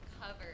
covered